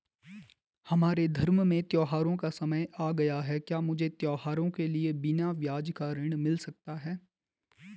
हमारे धर्म में त्योंहारो का समय आ गया है क्या मुझे त्योहारों के लिए बिना ब्याज का ऋण मिल सकता है?